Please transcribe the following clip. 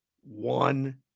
one